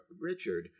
Richard